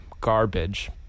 garbage